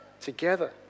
together